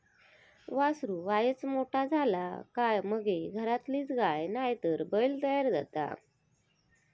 वासरू वायच मोठा झाला काय मगे घरातलीच गाय नायतर बैल तयार जाता